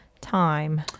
time